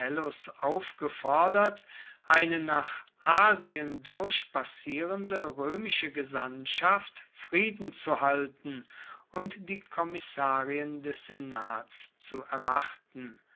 aufgefordert eine nach asien durchpassierende römische gesandtschaft frieden zu halten und die kommissarien des senats zu erwarten